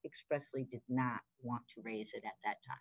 expressed we did not want to raise it at that time